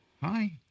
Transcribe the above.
Hi